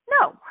no